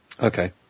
Okay